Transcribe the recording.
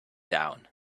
down